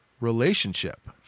relationship